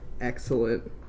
Excellent